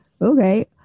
okay